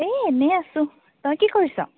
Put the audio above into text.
এই এনেই আছোঁ তই কি কৰিছ'